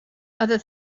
other